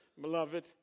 beloved